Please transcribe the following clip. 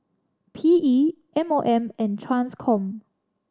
P E M O M and Transcom